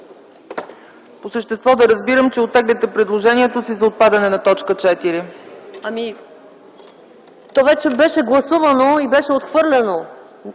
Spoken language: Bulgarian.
По същество да разбирам ли, че оттегляте предложението си за отпадане на т. 4? МАЯ МАНОЛОВА: То вече беше гласувано и беше отхвърлено.